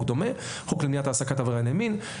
חוק למניעת העסקת עברייני מין,